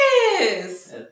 Yes